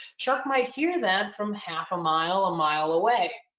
shark might hear that from half a mile, a mile away.